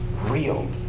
real